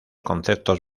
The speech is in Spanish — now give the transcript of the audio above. conceptos